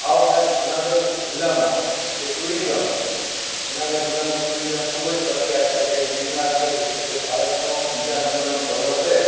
આ ઉપરાંત જુનાગઢ જિલ્લામાં જે ટુરિઝમ છે જુનાગઢ જિલ્લાનું ટુરિઝમ ખૂબ જ પ્રખ્યાત છે કે ગિરનાર છે કે ભારતનું બીજા નંબરનો પર્વત રહે